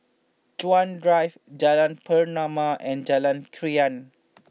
Chuan Drive Jalan Pernama and Jalan Krian